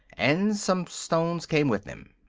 and some stones came with them.